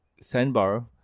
Sandbar